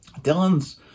Dylan's